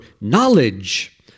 knowledge